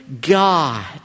God